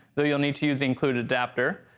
though you'll need to use the included adapter,